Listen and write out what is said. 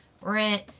Rent